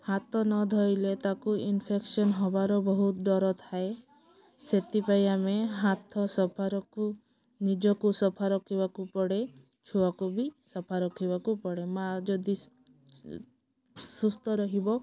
ହାତ ନ ଧୋଇଲେ ତାକୁ ଇନଫେକ୍ସନ୍ ହବାର ବହୁତ ଡର ଥାଏ ସେଥିପାଇଁ ଆମେ ହାତ ସଫା ରଖୁ ନିଜକୁ ସଫା ରଖିବାକୁ ପଡ଼େ ଛୁଆକୁ ବି ସଫା ରଖିବାକୁ ପଡ଼େ ମା' ଯଦି ସୁସ୍ଥ ରହିବ